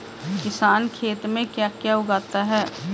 किसान खेत में क्या क्या उगाता है?